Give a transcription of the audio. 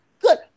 good